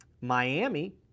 Miami